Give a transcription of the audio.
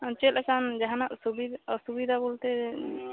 ᱪᱮᱫ ᱞᱮᱠᱟᱱ ᱡᱟᱦᱟᱱᱟᱜ ᱥᱩᱵ ᱚᱥᱩᱵᱤᱫᱟ ᱵᱚᱞᱛᱮ